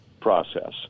process